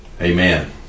Amen